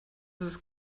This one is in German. ist